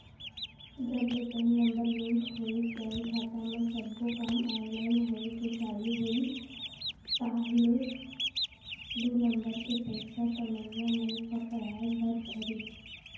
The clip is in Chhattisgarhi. जब ले पेन नंबर लिंक होइस बेंक खाता म सब्बो काम ऑनलाइन होय के चालू होइस ताहले दू नंबर के पइसा कमइया मन पकड़ाय बर धरिस